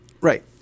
Right